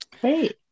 great